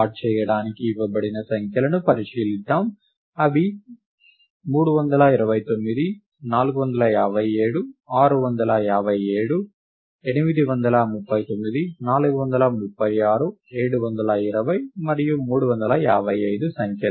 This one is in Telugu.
సార్ట్ చేయడానికి ఇవ్వబడిన సంఖ్యలను పరిశీలిద్దాం అవి 329 457 657 839 436 720 మరియు 355 సంఖ్యలు